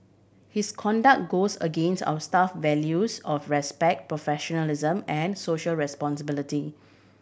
his conduct goes against our staff values of respect professionalism and social responsibility